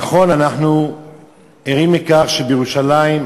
נכון, אנחנו ערים לכך שבירושלים,